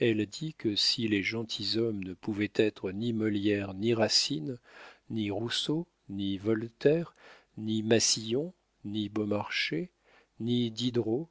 elle dit que si les gentilshommes ne pouvaient être ni molière ni racine ni rousseau ni voltaire ni massillon ni beaumarchais ni diderot